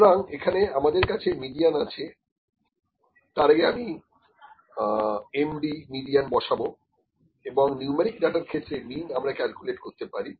সুতরাং এখানে আমাদের কাছে মিডিয়ান আছে তার আগে আমি Md মিডিয়ান বসাবো এবং নিউমেরিক ডাটার ক্ষেত্রে মিন আমরা ক্যালকুলেট করতে পারি